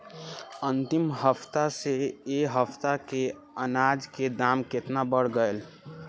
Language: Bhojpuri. अंतिम हफ्ता से ए हफ्ता मे अनाज के दाम केतना बढ़ गएल?